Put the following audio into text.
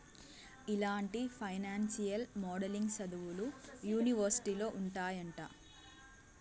ఇలాంటి financial modelling సదువులు యూనివర్సిటీలో ఉంటాయంట